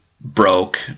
broke